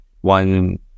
one